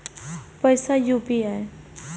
पैसा यू.पी.आई?